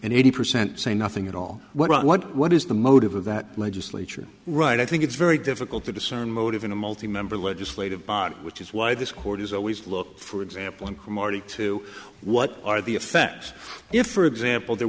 and eighty percent say nothing at all what i what is the motive of that legislature right i think it's very difficult to discern motive in a multi member legislative body which is why this court has always looked for example in commodity to what are the effects if for example there